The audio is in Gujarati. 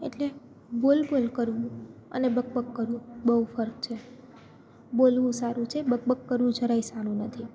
એટલે બોલબોલ કરવું અને બકબક કરવું બહુ ફર્ક છે બોલવું સારું છે બકબક કરવું જરાય સારું નથી